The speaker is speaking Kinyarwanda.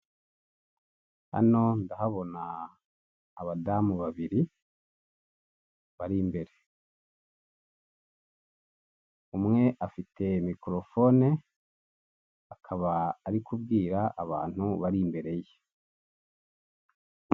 Hano ndahabona abadamu babiri bari imbere, umwe afite mikorofone akaba ari kubwira abantu bari imbere ye.